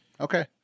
Okay